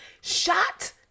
shot